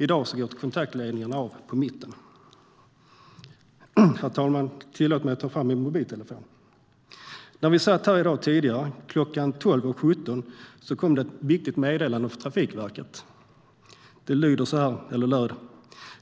I dag går kontaktledningen av på mitten. Herr talman! Tillåt mig att ta fram min mobiltelefon. När vi satt här tidigare i dag, kl. 12.17, kom det ett viktigt meddelande från Trafikverket. Det löd så här: